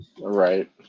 Right